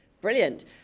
Brilliant